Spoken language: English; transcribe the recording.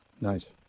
Nice